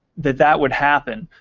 that that would happen.